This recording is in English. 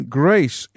grace